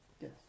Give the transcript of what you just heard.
Yes